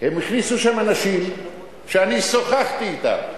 הם הכניסו שם אנשים שאני שוחחתי אתם.